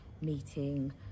meeting